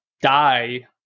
die